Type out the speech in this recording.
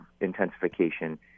intensification